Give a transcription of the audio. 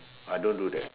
I don't do that